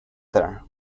there